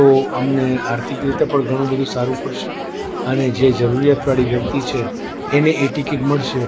તો અમને આર્થિક રીતે પણ ઘણું બધુ સારું પડશે અને જે જરૂરિયાત વાળી વ્યક્તિ છે એને એ ટિકિટ મળશે